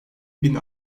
bin